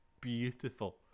beautiful